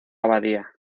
abadía